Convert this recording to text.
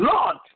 Lord